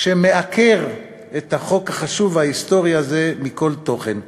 שמעקר את החוק החשוב וההיסטורי הזה מכל תוכן.